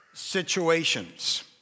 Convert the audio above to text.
situations